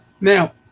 Now